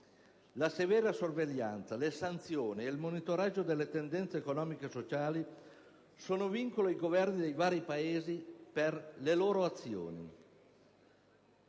La severa sorveglianza, le sanzioni e il monitoraggio delle tendenze economiche e sociali sono vincoli ai Governi dei vari Paesi per le loro azioni;